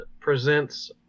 presents